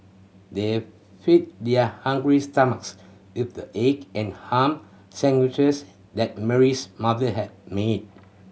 they fed their hungry stomachs with the egg and ham sandwiches that Mary's mother had made